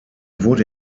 wurde